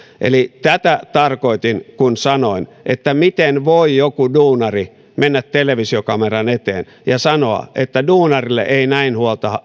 eli tätä tarkoitin kun sanoin että miten voi joku duunari mennä televisiokameran eteen ja sanoa että duunarille ei näin